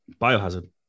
Biohazard